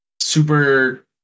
super